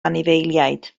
anifeiliaid